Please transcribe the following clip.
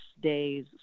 days